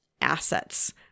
assets